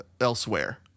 elsewhere